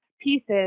pieces